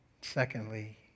Secondly